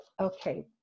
okay